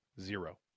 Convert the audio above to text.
Zero